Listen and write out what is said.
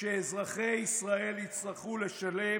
שאזרחי ישראל יצטרכו לשלם,